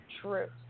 true